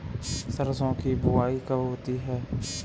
सरसों की बुआई कब होती है?